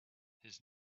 his